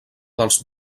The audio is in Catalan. dels